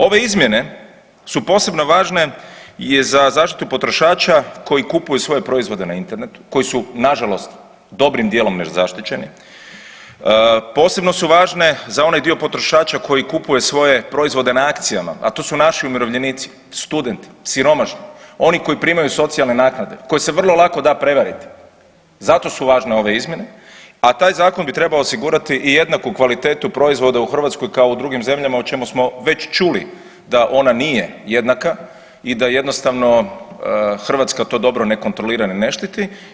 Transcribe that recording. Ove izmjene su posebno važne za zaštitu potrošača koji kupuju svoje proizvode na internetu koji su nažalost dobrim dijelom nezaštićeni, posebno su važne za onaj dio potrošača koji kupuje svoje proizvode na akcijama, a to su naši umirovljenici, studenti, siromašni, oni koji primaju socijalne naknade koje se vrlo lako da prevariti, zato su važne ove izmjene, a taj zakon bi trebao osigurati i jednaku kvalitetu proizvoda u Hrvatskoj kao u drugim zemljama o čemu smo već čuli da ona nije jednaka i da jednostavno Hrvatska to dobro ne kontrolira ni ne štiti.